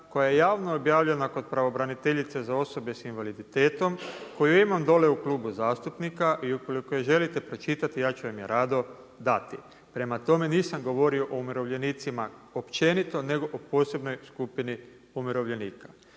koja je javno objavljena kod pravobraniteljice za osobe s invaliditetom, koju imam dole u Klubu zastupnika i ukoliko je želite pročitate, ja ću vam je rado dati. Prema tome, nisam govorio o umirovljenicima općenito, nego o posebnoj skupini umirovljenika.